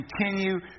continue